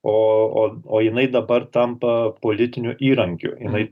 o o o jinai dabar tampa politiniu įrankiu jinai